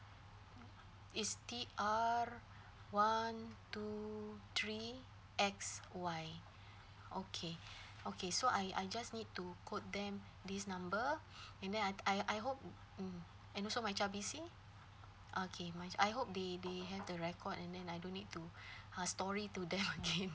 is t r one two three x y okay okay so I I just need to quote them this number and then I I I hope mm and also my child's B_C okay my I hope they they have the record and then I don't need to uh story to them again